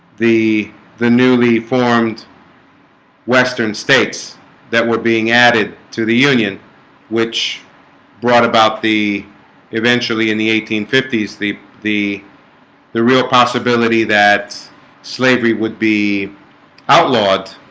the the newly formed western states that were being added to the union which brought about the eventually in the eighteen fifty s the the the real possibility that slavery would be outlawed